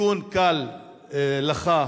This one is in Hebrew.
תיקון קל לך,